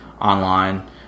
online